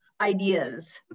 ideas